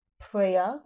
prayer